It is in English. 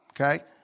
Okay